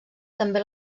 també